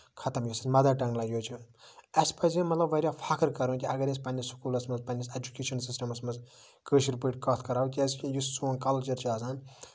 خَتم یُس mother tongue language چھِ اَسہِ پَزِ ہے مطلب واریاہ فَخر کَرُن کہِ اَگر أسۍ پَنٕنِس سکوٗلَس منٛز پَنٕنس اٮ۪جُکیشَن سِسٹَمَس منٛز کٲشِر پٲٹھۍ کَتھ کرو کیازِ کہِ یُس سون کَلچر چھُ آسان